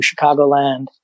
Chicagoland